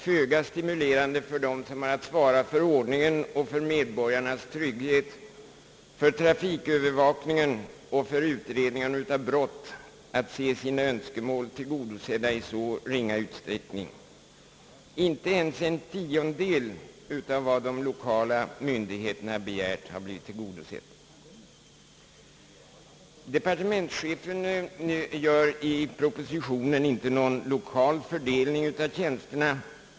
För dem som har att svara för ordningen och för medborgarnas trygghet, för trafikövervakningen och för utredningar av brott måste det vara föga stimulerande att se sina önskemål tillgodosedda i så ringa utsträckning — inte ens en tiondel av vad de lokala myndigheterna begärt har bifallits. Departementschefen gör i propositionen inte någon lokal fördelning av tjänsterna.